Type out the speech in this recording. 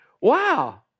Wow